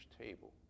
table